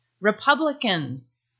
Republicans